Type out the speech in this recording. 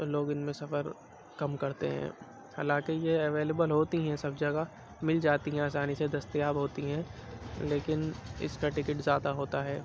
لوگ ان میں سفر کم کرتے ہیں حالانکہ یہ اویلیبل ہوتی ہیں سب جگہ مل جاتی ہیں آسانی سے دستیاب ہوتی ہیں لیکن اس کا ٹکٹ زیادہ ہوتا ہے